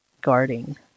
guarding